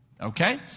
Okay